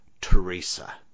Teresa